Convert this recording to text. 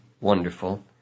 wonderful